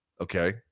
Okay